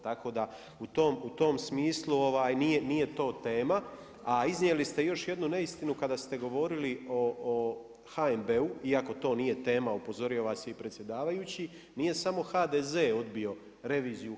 Tako da, u tom smislu nije to tena, a iznijeli ste još jedinu neistinu kada ste govorili o HNB-u iako to nije tema, upozorio vam se i predsjedavajući, nije samo HDZ odbio reviziju HNB-u.